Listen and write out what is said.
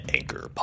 Anchor